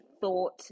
thought